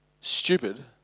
stupid